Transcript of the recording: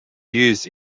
used